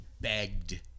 begged